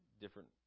different